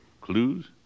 Clues